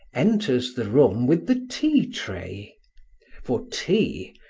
enters the room with the tea-tray for tea,